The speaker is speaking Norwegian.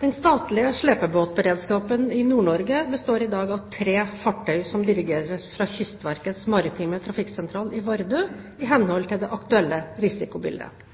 Den statlige slepebåtberedskapen i Nord-Norge består i dag av tre fartøy som dirigeres fra Kystverkets maritime trafikksentral i Vardø i henhold til det aktuelle risikobildet.